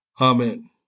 Amen